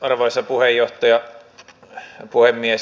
arvoisa puhemies